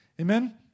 Amen